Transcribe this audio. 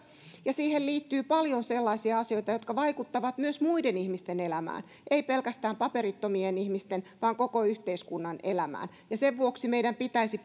ja siihen liittyy paljon sellaisia asioita jotka vaikuttavat myös muiden ihmisten elämään ei pelkästään paperittomien ihmisten vaan koko yhteiskunnan elämään sen vuoksi meidän pitäisi